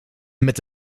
met